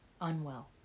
unwell